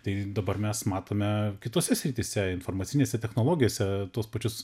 tai dabar mes matome kitose srityse informacinėse technologijose tuos pačius